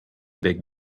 big